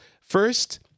First